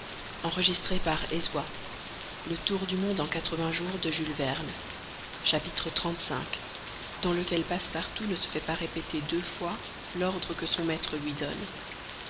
xxxv dans lequel passepartout ne se fait pas répéter deux fois l'ordre que son maître lui donne